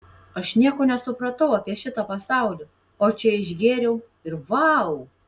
aš nieko nesupratau apie šitą pasaulį o čia išgėriau ir vau